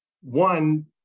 One